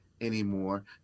anymore